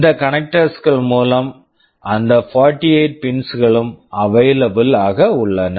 இந்த connectors connectors கள் மூலம் அந்த 48 பின்ஸ் pins களும் அவைலபிள் available ஆக உள்ளன